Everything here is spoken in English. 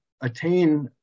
attain